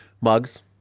Mugs